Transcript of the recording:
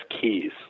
keys